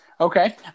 Okay